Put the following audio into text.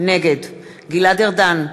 נגד גלעד ארדן,